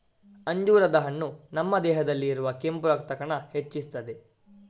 ಅಂಜೂರದ ಹಣ್ಣು ನಮ್ಮ ದೇಹದಲ್ಲಿ ಇರುವ ಕೆಂಪು ರಕ್ತ ಕಣ ಹೆಚ್ಚಿಸ್ತದೆ